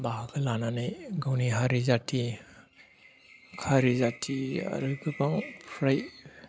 बाहागो लानानै गावनि हारि जाथि हारि जाथि आरो गोबां फ्राय